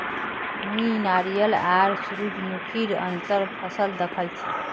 मुई नारियल आर सूरजमुखीर अंतर फसल दखल छी